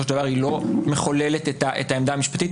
של דבר היא לא מחוללת את העמדה המשפטית,